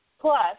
Plus